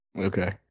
Okay